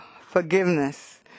forgiveness